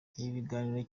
kiganiro